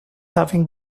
having